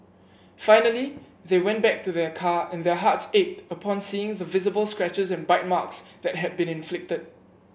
finally they went back to their car and their hearts ached upon seeing the visible scratches and bite marks that had been inflicted